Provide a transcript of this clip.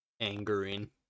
angering